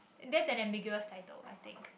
that's an ambiguous title I think